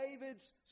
David's